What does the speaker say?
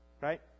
right